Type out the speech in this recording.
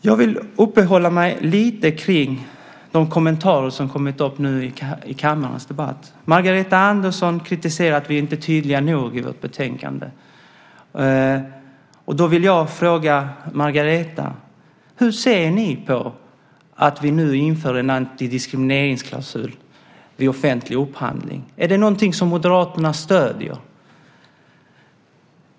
Jag vill uppehålla mig lite vid de kommentarer som kommit upp i kammarens debatt. Magdalena Andersson kritiserade att vi inte är tydliga nog i vårt betänkande. Då vill jag fråga Magdalena: Hur ser ni på att vi nu inför en antidiskrimineringsklausul vid offentlig upphandling? Är det någonting som Moderaterna stöder?